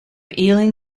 ealing